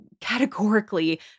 categorically